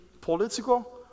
political